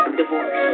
Divorce